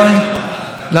אומרים הגומל כל שנה?